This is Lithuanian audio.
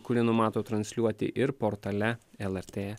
kuri numato transliuoti ir portale lrt